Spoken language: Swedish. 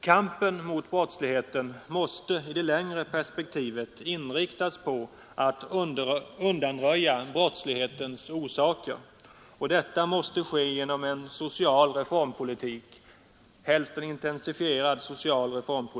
Kampen mot brottsligheten måste i det längre perspektivet inriktas på att undanröja brottslighetens orsaker, 58 och detta måste ske genom en social reformpolitik — helst en intensifierad sådan.